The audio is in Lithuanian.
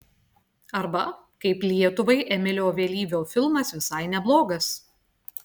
arba kaip lietuvai emilio vėlyvio filmas visai neblogas